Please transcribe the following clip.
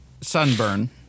sunburn